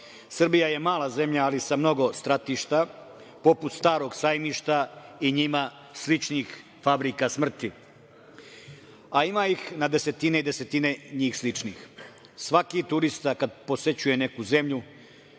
je mala zemlja, ali sa mnogo stratišta, poput „Starog sajmišta“ i njima sličnih fabrika smrti, a ima ih na desetine i desetine njih sličnih. Svaki turista kad posećuje neku zemlju,